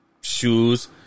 shoes